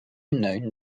known